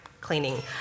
cleaning